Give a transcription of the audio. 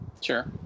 Sure